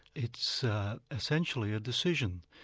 it's essentially a decision,